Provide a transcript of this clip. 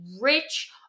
rich